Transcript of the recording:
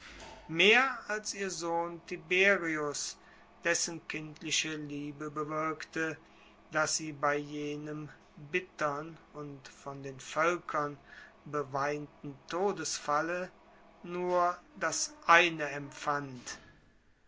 mehr als ihr sohn tiberius dessen kindliche liebe bewirkte daß sie bei jenem bittern und von den völkern beweinte todesfalle nur das eine empfand